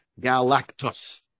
Galactus